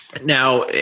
Now